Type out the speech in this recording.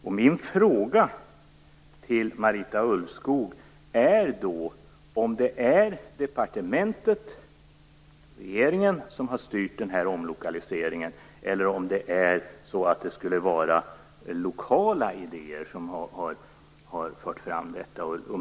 Min ena fråga till Marita Ulvskog är då om det är departementet och regeringen som har styrt denna omlokalisering, eller om det skulle vara lokala idéer som har förts fram här.